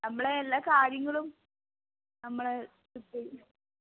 നമ്മളെ എല്ലാ കാര്യങ്ങളും നമ്മൾ ട്രിപ്പ്